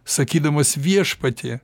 sakydamas viešpatie